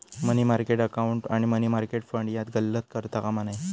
मनी market account आणि money market fund यात गल्लत करता कामा नये